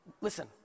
listen